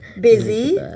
busy